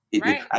Right